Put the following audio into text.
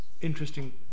interesting